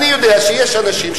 אני יודע שיש אנשים,